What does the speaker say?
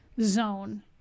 zone